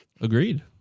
Agreed